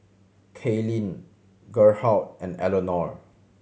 Kaelyn Gerhardt and Eleanore